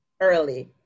early